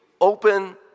open